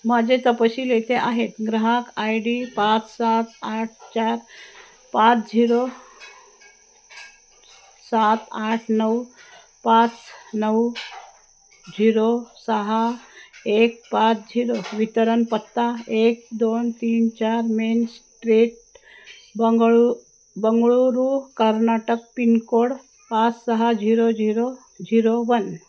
माझे तपशील येते आहेत ग्राहक आय डी पाच सात आठ चार पाच झिरो सात आठ नऊ पाच नऊ झिरो सहा एक पाच झिरो वितरण पत्ता एक दोन तीन चार मेन स्ट्रीट बंगळू बंगळुरू कर्नाटक पिनकोड पाच सहा झिरो झिरो झिरो वन